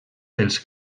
pels